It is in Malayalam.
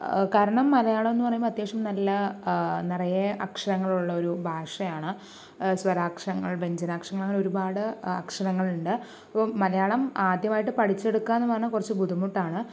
കാരണം മലയാളം ന്ന് പറയുമ്പോൾ അത്യാവശ്യം നല്ല നിറയെ അക്ഷരങ്ങളുള്ള ഒരു ഭാഷയാണ് സ്വരാക്ഷരങ്ങൾ വ്യഞ്ജനാക്ഷരങ്ങൾ അങ്ങനെ ഒരുപാട് അക്ഷരങ്ങളുണ്ട് അപ്പം മലയാളം ആദ്യമായിട്ട് പഠിച്ചെടുക്കുകാന്ന് പറഞ്ഞാൽ കുറച്ച് ബുദ്ധിമുട്ടാണ്